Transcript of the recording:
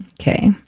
Okay